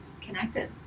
connected